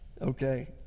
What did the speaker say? okay